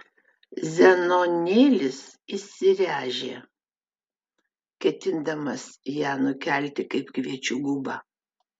zenonėlis įsiręžė ketindamas ją nukelti kaip kviečių gubą